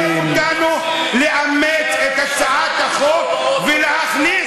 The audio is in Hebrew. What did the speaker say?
מחייב אותנו לאמץ את הצעת החוק ולהכניס,